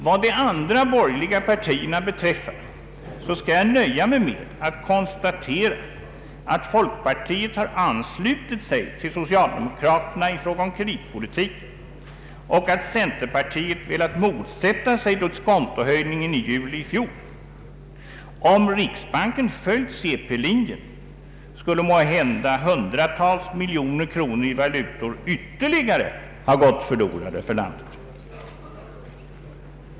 Vad de andra borgerliga partierna beträffar skall jag nöja mig med att konstatera att folkpartiet har anslutit sig till socialdemokraterna i fråga om kreditpolitiken och att centerpartiet velat motsätta sig diskontohöjningen i juli i fjol. Om riksbanken följt cp-linjen skulle måhända hundratals miljoner kronor i valutor ytterligare ha gått förlorade för landet.